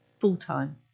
full-time